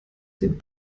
den